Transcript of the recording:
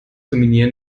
dominieren